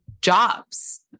jobs